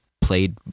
played